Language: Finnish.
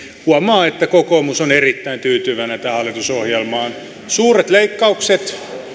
huomaa että kokoomus on erittäin tyytyväinen tähän hallitusohjelmaan on suuret leikkaukset